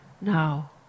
now